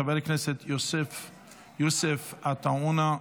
חבר הכנסת יוסף עטאונה,